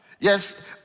Yes